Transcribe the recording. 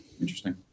Interesting